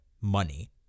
money